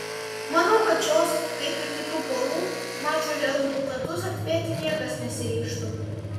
manau kad šios kaip ir kitų porų mačų rezultatus atspėti niekas nesiryžtų